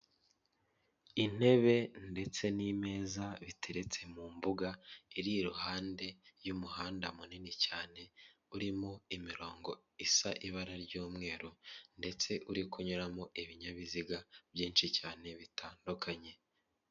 Intebe ndetse n'imeza biteretse mu mbuga, iri iruhande y'umuhanda munini cyane urimo imirongo isa ibara ry'umweru ndetse uri kunyuramo ibinyabiziga byinshi cyane bitandukanye.